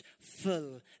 full